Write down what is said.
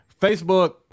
facebook